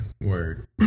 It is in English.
word